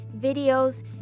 videos